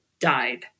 died